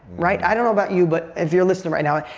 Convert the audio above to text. right? i don't know about you, but if you're listening right now,